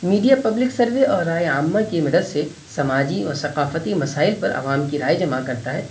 media public survey اور رائے عامہ کی مدد سے سماجی و ثقافتی مسائل پر عوام کی رائے جمع کرتا ہے